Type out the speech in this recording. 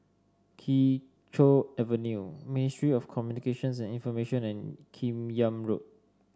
Kee Choe Avenue Ministry of Communications and Information and Kim Yam Road